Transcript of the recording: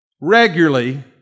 regularly